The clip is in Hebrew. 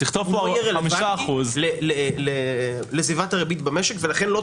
לא יהיה רלוונטי לסביבת הריבית במשק.